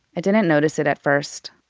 i didn't notice it at first.